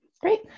Great